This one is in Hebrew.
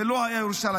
זה לא היה ירושלים.